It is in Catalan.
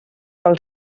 pel